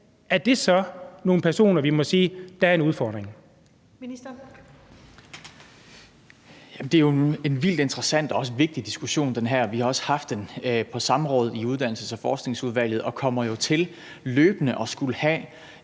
og forskningsministeren (Jesper Petersen): Det her er en vildt interessant og også vigtig diskussion, og vi har også haft den på samråd i Uddannelses- og Forskningsudvalget, og vi kommer til løbende at skulle have